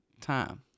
time